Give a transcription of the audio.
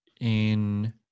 in-